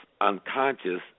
unconscious